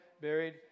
buried